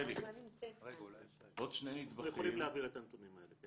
אנחנו יכולים להעביר את הנתונים האלה.